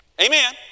Amen